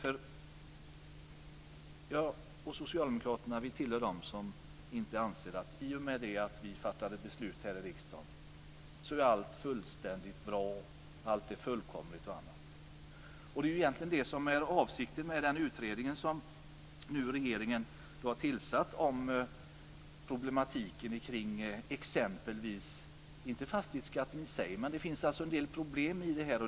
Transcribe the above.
Jag och socialdemokraterna tillhör dem som inte anser att allting, i och med att vi fattat beslut här i riksdagen, är fullständigt, bra, fullkomligt etc. Men det är egentligen det som är avsikten med den utredning som regeringen nu har tillsatt och som gäller problematiken kring inte fastighetsskatten i sig men kring det här området. Det finns ju en del problem i sammanhanget.